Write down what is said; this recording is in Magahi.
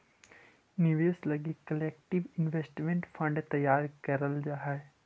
निवेश लगी कलेक्टिव इन्वेस्टमेंट फंड तैयार करल जा हई